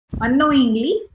Unknowingly